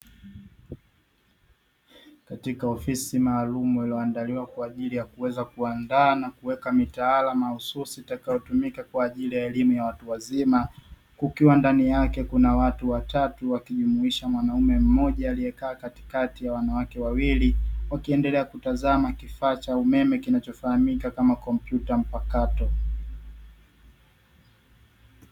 Katika ofisi maalumu iliyoandaliwa kwa ajili ya kuweza kuandaa na kuweka mitaala mahususi itakayotumika kwa ajili ya elimu ya watu wazima, kukiwa ndani yake kuna watu watatu wakijumuisha mwanaume mmoja aliekaa katikati ya wanawake wawili wakiendelea kutazama kifaa cha umeme kinachofahamika kama kompyuta mpakato.